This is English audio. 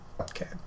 Okay